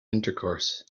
intercourse